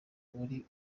uri